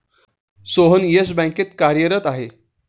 Sohan Yes बँकेत कार्यरत आहे